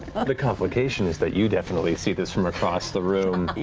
the complication is that you definitely see this from across the room.